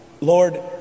Lord